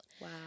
Wow